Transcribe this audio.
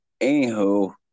Anywho